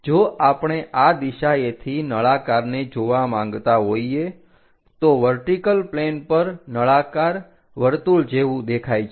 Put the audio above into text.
જો આપણે આ દિશાએથી નળાકારને જોવા માંગતા હોઈએ તો વર્ટિકલ પ્લેન પર નળાકાર વર્તુળ જેવું દેખાય છે